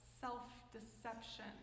self-deception